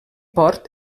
port